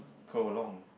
go along